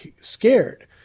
scared